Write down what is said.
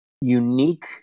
unique